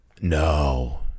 No